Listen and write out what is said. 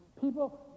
People